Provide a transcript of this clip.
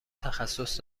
تخصص